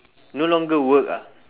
no longer work ah